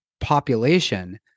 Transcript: population